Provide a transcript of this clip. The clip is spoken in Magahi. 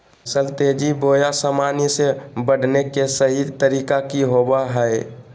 फसल तेजी बोया सामान्य से बढने के सहि तरीका कि होवय हैय?